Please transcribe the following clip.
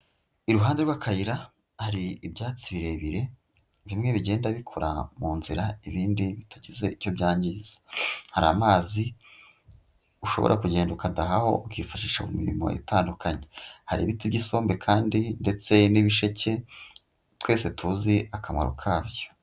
Iruhande rw'akayira hari ibyatsi birebire, bimwe bigenda bikora mu nzira, ibindi bitagize icyo byangiza, hari amazi ushobora kugenda ukadahaho ukifashisha mu mirimo itandukanye, hari ibiti by'isombe kandi ndetse n'ibisheke twese tuzi akamaro kabyo.